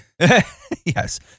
Yes